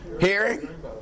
Hearing